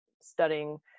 studying